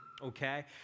okay